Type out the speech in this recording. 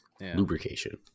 Lubrication